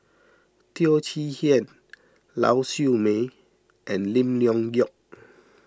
Teo Chee Hean Lau Siew Mei and Lim Leong Geok